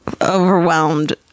overwhelmed